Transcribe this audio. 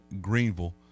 Greenville